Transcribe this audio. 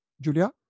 Julia